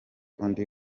undi